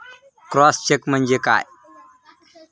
Cross check म्हणजे काय?